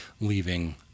leaving